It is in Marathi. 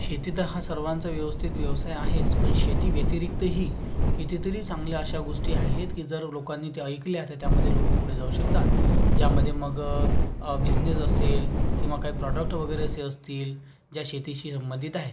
शेती तर हा सर्वांचा व्यवस्थित व्यवसाय आहेच पण शेतीव्यतिरिक्तही कितीतरी चांगल्या अशा गोष्टी आहेत की जर लोकांनी त्या ऐकल्या तर त्यामध्ये लोक पुढे जाऊ शकतात ज्यामध्ये मग बिझनेस असेल किंवा काही प्रॉडक्ट वगैरे असे असतील ज्या शेतीशी संबंधित आहेत